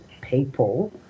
people